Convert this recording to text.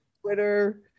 Twitter